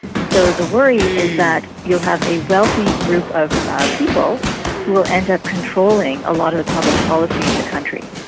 so the worry is that you will have a wealthy group of people who will end up controlling a lot of the public policy in the country.